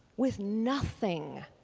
with nothing,